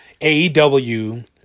AEW